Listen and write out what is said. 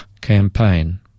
campaign